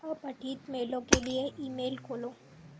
अपठित मेलों के लिए ईमेल खोलो